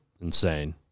insane